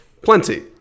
Plenty